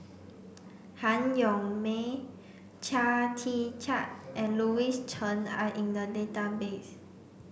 Han Yong May Chia Tee Chiak and Louis Chen are in the database